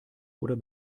oder